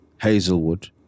Hazelwood